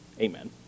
Amen